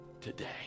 today